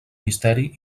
misteri